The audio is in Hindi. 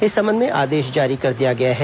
इस संबंध में आदेश जारी कर दिया गया है